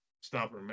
Stop